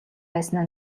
байсан